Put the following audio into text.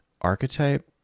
archetype